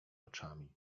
oczami